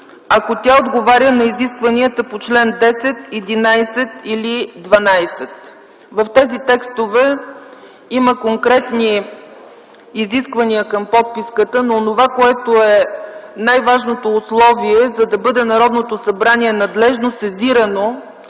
ако тя отговаря на изискванията по чл. 10, 11 или 12”. В тези текстове има конкретни изисквания към подписката, но най-важното условие, за да бъде Народното събрание надлежно сезирано